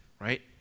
right